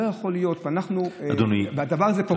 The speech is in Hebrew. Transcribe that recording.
לא יכול להיות, והדבר הזה, אדוני, תודה רבה.